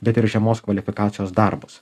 bet ir žemos kvalifikacijos darbus